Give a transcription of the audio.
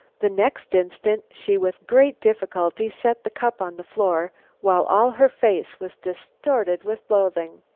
the next instant she with great difficulty set the cup on the floor while all her face was distorted with loathing.